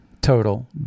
total